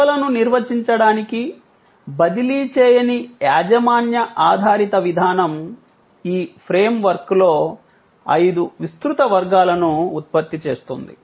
సేవలను నిర్వచించటానికి బదిలీ చేయని యాజమాన్య ఆధారిత విధానం ఈ ఫ్రేమ్వర్క్లో ఐదు విస్తృత వర్గాలను ఉత్పత్తి చేస్తుంది